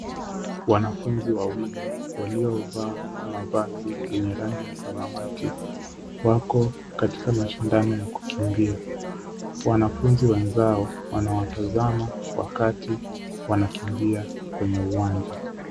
Wanafunzi wawili waliovaa mavazi yenye rangi ya samawati, wako katika mashindano ya kukimbia. Wanafunzi wenzao wanawatazama wakati wanakimbia kwenye uwanja.